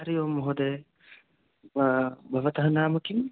हरिः ओं महोदेय भवतः नाम किं